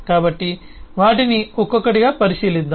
కాబట్టి వాటిని ఒక్కొక్కటిగా పరిశీలిద్దాం